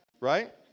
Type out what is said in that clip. right